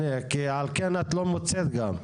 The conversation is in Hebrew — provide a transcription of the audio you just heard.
כי על כן את לא מוצאת גם.